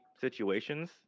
situations